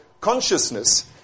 consciousness